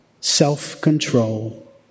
self-control